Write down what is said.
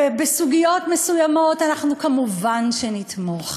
ובסוגיות מסוימות אנחנו כמובן נתמוך.